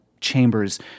chambers